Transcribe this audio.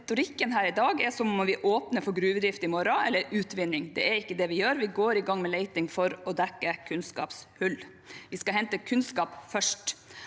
retorikken her i dag er som om vi åpner for gruvedrift eller utvinning i morgen. Det er ikke det vi gjør, vi går i gang med leting for å dekke kunnskapshull. Vi skal hente kunnskap først.